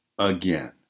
again